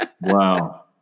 Wow